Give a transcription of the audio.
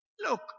look